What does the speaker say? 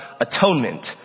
atonement